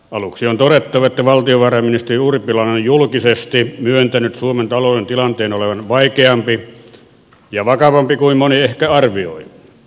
aluksi on todettava että valtiovarainministeri urpilainen on julkisesti myöntänyt suomen talouden tilanteen olevan vaikeampi ja vakavampi kuin moni ehkä arvioi